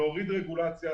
להוריד רגולציה,